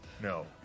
No